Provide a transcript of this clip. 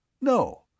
no